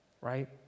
right